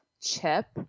chip